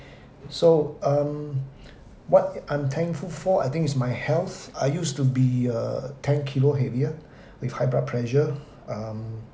so um what I'm thankful for I think my health I used to be uh ten kilo heavier with high blood pressure um